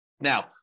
Now